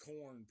corn